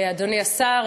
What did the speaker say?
אדוני השר,